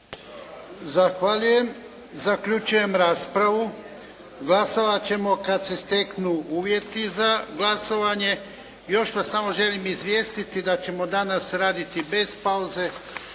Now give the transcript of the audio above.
Zahvaljujem. Zaključujem raspravu. Glasovat ćemo kad se steknu uvjeti za glasovanje. Još vas samo želim izvijestiti da ćemo danas raditi bez pauze